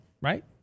right